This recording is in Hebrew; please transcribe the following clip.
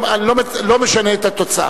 אני לא משנה את התוצאה.